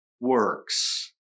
works